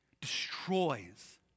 destroys